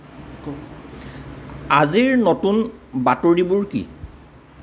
আজিৰ নতুন বাতৰিবোৰ কি